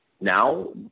now